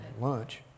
lunch